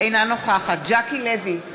אינה נוכחת ז'קי לוי,